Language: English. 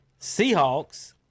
Seahawks